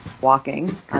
walking